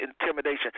intimidation